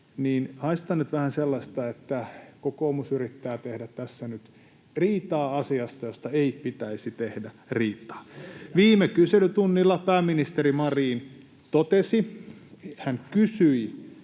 haistan nyt vähän sellaista, että kokoomus yrittää tehdä tässä nyt riitaa asiasta, josta ei pitäisi tehdä riitaa. Viime kyselytunnilla pääministeri Marin totesi, sanoi,